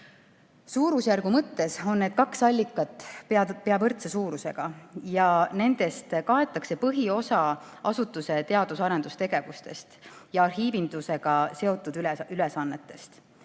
Suurusjärgu mõttes on need kaks allikat pea võrdse suurusega ja nendest kaetakse põhiosa asutuse teadus-arendustegevusest ja arhiivindusega seotud ülesannetest.